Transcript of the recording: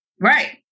right